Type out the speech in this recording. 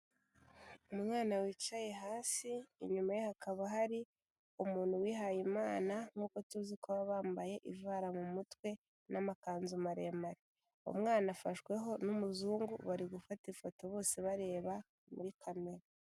Umwana wicaye hasi inyuma ye hakaba hari umuntu wihayimana nkuko tuzi ko baba bambaye ivara mu mutwe n'amakanzu maremare. Umwana afashweho n'umuzungu barigufata ifoto bose bareba muri kamera.